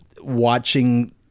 Watching